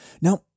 Now